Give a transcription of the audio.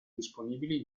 disponibili